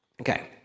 Okay